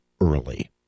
early